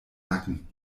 nacken